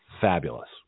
fabulous